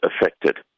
affected